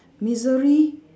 misery